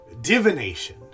Divination